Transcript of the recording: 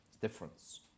Difference